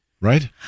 right